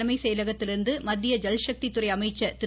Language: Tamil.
தலைமை செயலகத்திலிருந்து மத்திய ஜல்ஷக்தி சென்னை துறை அமைச்சர் திரு